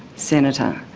senator,